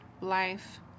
life